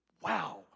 Wow